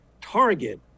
target